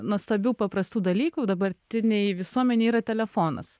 nuostabių paprastų dalykų dabartinėj visuomenėj yra telefonas